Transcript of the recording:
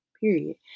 Period